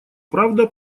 правда